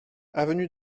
avenue